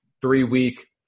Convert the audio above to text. three-week